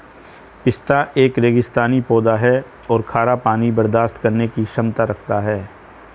पिस्ता एक रेगिस्तानी पौधा है और खारा पानी बर्दाश्त करने की क्षमता रखता है